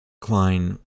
Klein